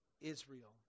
Israel